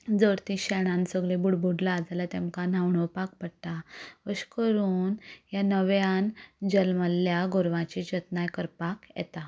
जर तीं शेणान सगली बुडबुडलां जाल्या तेंकां न्हावणोपाक पडटा अशें करून ह्या नव्यान जल्मल्ल्या गोरवाची जतनाय करपाक येता